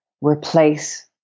replace